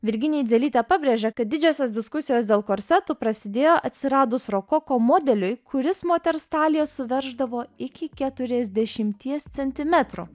virginija eidzelytė pabrėžia kad didžiosios diskusijos dėl korsetų prasidėjo atsiradus rokoko modeliui kuris moters taliją suverždavo iki keturiasdešimties centimetrų